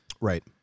Right